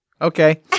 Okay